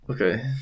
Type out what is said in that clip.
Okay